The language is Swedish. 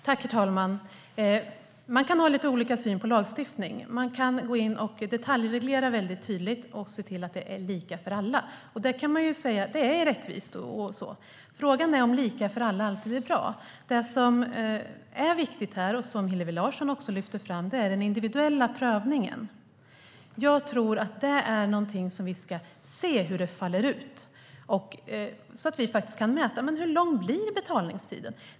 Herr talman! Man kan ha lite olika syn på lagstiftning. Man kan gå in och detaljreglera mycket tydligt och se till att det är lika för alla. Man kan säga att det är rättvist. Frågan är om lika för alla alltid är bra. Det som är viktigt här, och som Hillevi Larsson också lyfte fram, är den individuella prövningen. Jag tror att det är någonting som vi ska se hur det faller ut, så att vi faktiskt kan mäta hur lång betalningstiden blir.